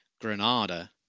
Granada